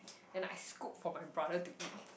and I scoop for my brother to eat